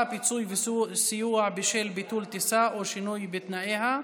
(פיצוי וסיוע בשל ביטול טיסה או שינוי בתנאיה,